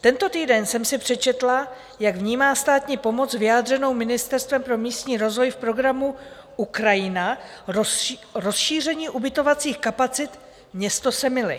tento týden jsem si přečetla, jak vnímá státní pomoc vyjádřenou Ministerstvem pro místní rozvoj v programu Ukrajina rozšíření ubytovacích kapacit město Semily.